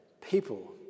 people